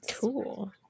Cool